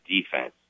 defense